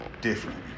different